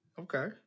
Okay